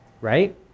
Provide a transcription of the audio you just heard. right